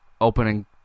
opening